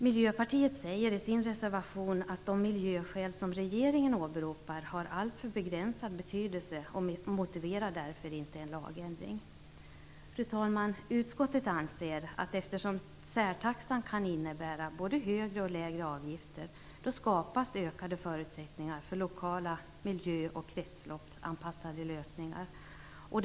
Miljöpartiet framför i sin reservation att de miljöskäl som regeringen åberopar har alltför begränsad betydelse och därför inte motiverar en lagändring. Fru talman! Utskottet anser att det skapas ökade förutsättningar för lokala miljö och kretsloppsanpassade lösningar, eftersom särtaxan kan innebära både högre och lägre avgifter.